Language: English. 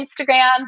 Instagram